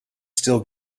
still